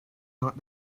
not